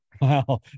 Wow